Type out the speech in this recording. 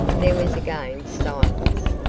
there was again silence,